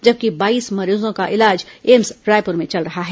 जबकि बाईस मरीजों का इलाज एम्स रायपुर में चल रहा है